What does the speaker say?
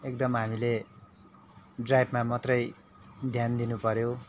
एकदम हामीले ड्राइभमा मात्रै ध्यान दिनुपऱ्यो